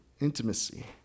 Intimacy